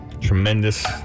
Tremendous